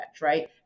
right